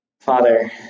Father